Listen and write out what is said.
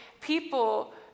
people